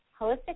holistic